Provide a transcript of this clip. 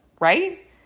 right